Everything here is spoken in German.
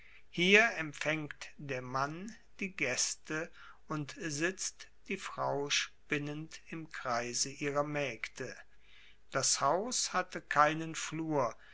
hier empfaengt der mann die gaeste und sitzt die frau spinnend im kreise ihrer maegde das haus hatte keinen flur